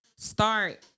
Start